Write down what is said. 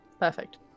Perfect